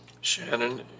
Shannon